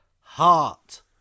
heart